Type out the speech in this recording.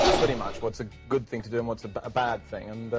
pretty much, what's a good thing to do and what's but a bad thing, and but